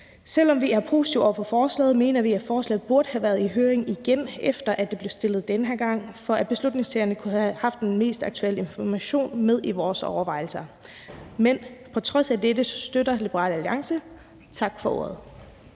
Selv om vi er positive over for forslaget, mener vi, at forslaget burde have været sendt i høring igen, efter at det blev fremsat den her gang, for at vi som beslutningstagere kunne have haft den mest aktuelle information med i vores overvejelser. Men på trods af dette støtter Liberal Alliance forslaget.